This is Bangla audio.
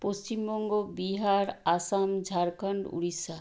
পশ্চিমবঙ্গ বিহার আসাম ঝাড়খন্ড উড়িষ্যা